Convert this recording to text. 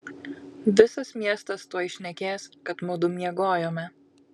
visas miestas tuoj šnekės kad mudu miegojome